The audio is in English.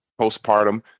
postpartum